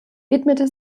widmete